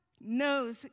knows